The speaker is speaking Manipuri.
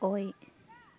ꯑꯣꯏ